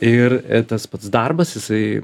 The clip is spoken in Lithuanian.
ir tas pats darbas jisai